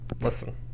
Listen